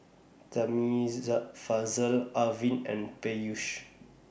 Arvind and Peyush